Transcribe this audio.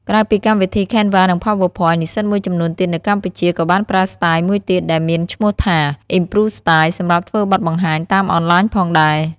ក្រៅពីកម្មវិធី Canva និង PowerPoint និស្សិតមួយចំនួនទៀតនៅកម្ពុជា ក៏បានប្រើស្ទាយមួយទៀតដែលមានឈ្មោះថា improv-style សម្រាប់ធ្វើបទបង្ហាញតាមអនឡាញផងដែរ។